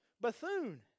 Bethune